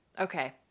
Okay